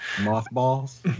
Mothballs